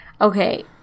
okay